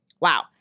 Wow